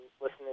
listening